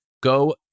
go